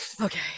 Okay